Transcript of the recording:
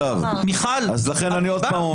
אני שמח שראש הממשלה היוצא בנט הסיר את הווטו של